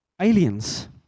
Aliens